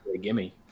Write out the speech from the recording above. gimme